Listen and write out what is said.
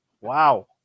Wow